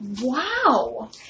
Wow